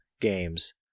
games